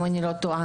אם אינני טועה.